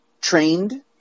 trained